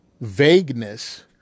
vagueness